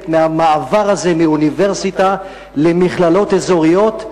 מהמעבר הזה מאוניברסיטה למכללות אזוריות,